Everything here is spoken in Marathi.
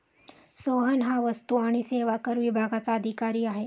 सोहन हा वस्तू आणि सेवा कर विभागाचा अधिकारी आहे